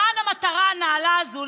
למען המטרה הנעלה הזו,